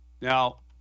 now